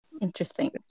Interesting